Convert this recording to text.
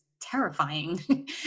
terrifying